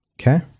Okay